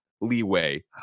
leeway